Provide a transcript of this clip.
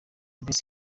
best